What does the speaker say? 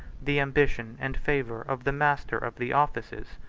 the ambition and favor of the master of the offices.